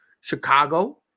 Chicago